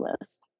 list